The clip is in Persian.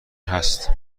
هست